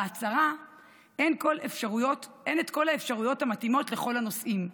בהצהרה אין את כל האפשרויות המתאימות לכל הנושאים.